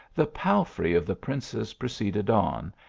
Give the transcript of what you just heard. the pal frey of the princess proceeded on,